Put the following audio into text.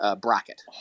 bracket